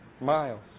miles